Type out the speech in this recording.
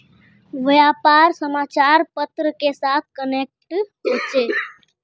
व्यापार समाचार पत्र के साथ कनेक्ट होचे?